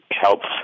helps